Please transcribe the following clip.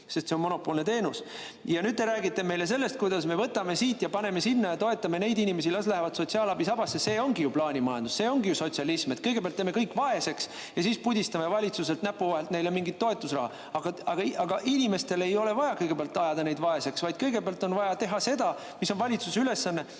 sest see on monopoolne teenus. Ja nüüd te räägite meile sellest, kuidas me võtame siit ja paneme sinna ja toetame neid inimesi, las lähevad sotsiaalabi sabasse. See ongi ju plaanimajandus. See ongi ju sotsialism, et kõigepealt teeme kõik vaeseks ja siis pudistame valitsuselt näpu vahelt neile mingit toetusraha. Aga ei ole vaja kõigepealt ajada inimesi vaeseks. Kõigepealt on vaja teha seda, mis on valitsuse ülesanne: